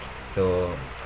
so